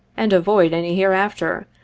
and avoid any hereafter,